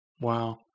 Wow